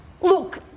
Look